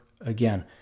again